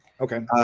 Okay